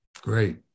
Great